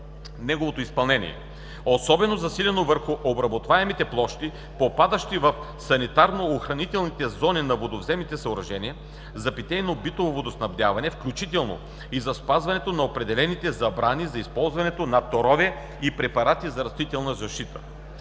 неговото изпълнение, особено засилено върху обработваемите площи, попадащи в санитарно-охранителните зони на водовземните съоръжения за питейно-битово водоснабдяване, включително и за спазването на определените забрани за използване на торове и препарати за растителна защита.